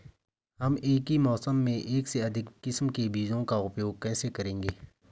हम एक ही मौसम में एक से अधिक किस्म के बीजों का उपयोग कैसे करेंगे?